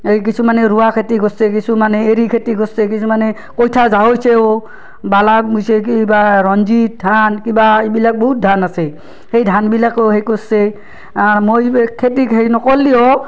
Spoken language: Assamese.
হেৰি কিছুমানে ৰোৱা খেতি কৰছে কিছুমানে এৰি খেতি কৰছে কিছুমানে কইঠা জাৱোইছেও বালাত ৰুইছে কিবা ৰঞ্জিত ধান কিবা এইবিলাক বহুত ধান আছে সেই ধানবিলাকো সেই কৰছে মই খেতিত হেৰি নকৰলিও